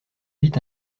vite